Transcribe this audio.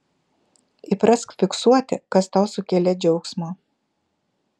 įprask fiksuoti kas tau sukėlė džiaugsmo